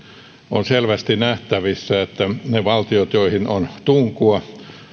on selvästi nähtävissä että ne valtiot joihin on tunkua